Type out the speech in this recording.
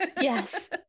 Yes